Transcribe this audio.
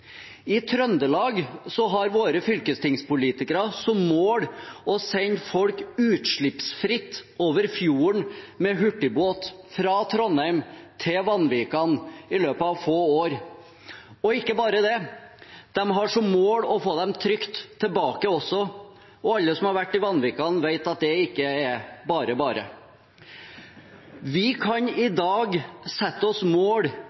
I Trøndelag har våre fylkestingspolitikere som mål å sende folk utslippsfritt over fjorden med hurtigbåt, fra Trondheim til Vanvikan, i løpet av få år. Og ikke bare det: De har som mål å få dem trygt tilbake også, og alle som har vært i Vanvikan, vet at det ikke er bare-bare. Vi kan i dag sette oss mål